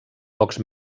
pocs